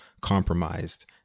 compromised